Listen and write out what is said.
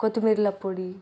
కొత్తిమీర్ల పొడి